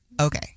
Okay